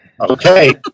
Okay